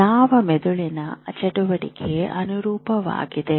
ಯಾವ ಮೆದುಳಿನ ಚಟುವಟಿಕೆ ಅನುರೂಪವಾಗಿದೆ